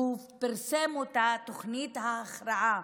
והוא פרסם אותה: תוכנית ההכרעה,